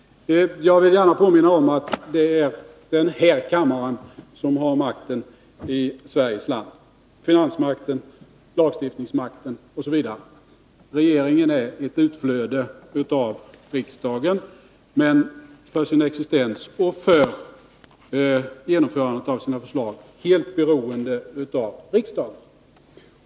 Jag vill gärna påminna om att det är den här kammaren som har makten i Sveriges land — finansmakten, lagstiftningsmakten osv. Regeringen är ett utflöde av riksdagen, men den är för sin existens och för genomförandet av sina förslag helt beroende av riksdagen.